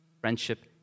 Friendship